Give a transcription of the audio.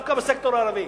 דווקא בסקטור הערבי.